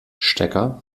stecker